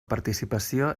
participació